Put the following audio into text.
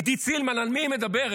עידית סילמן, על מי היא מדברת?